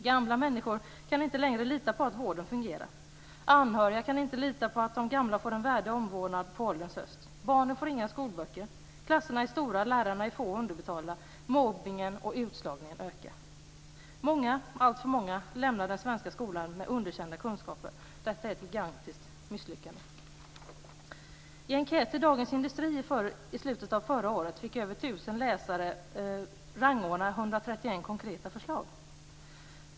Gamla människor kan inte längre lita på att vården fungerar. Anhöriga kan inte lita på att de gamla får en värdig omvårdnad på ålderns höst. Barnen får inga skolböcker. Klasserna är stora. Lärarna är få och underbetalda. Mobbningen och utslagningen ökar. Många - alltför många - lämnar den svenska skolan med underkända kunskaper. Detta är ett gigantiskt misslyckande. I en enkät i Dagens Industri i slutet av förra året fick över 1 000 läsare rangordna 131 konkreta förslag.